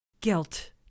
Guilt